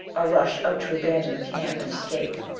a rush out to abandon the camp and escape.